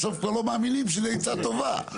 בסוף כבר לא מאמינים שזו עצה טובה.